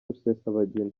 rusesabagina